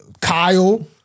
Kyle